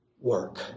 work